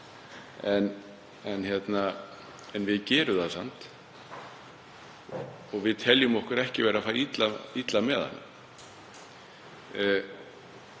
en við gerum það samt og við teljum okkur ekki vera að fara illa með hana.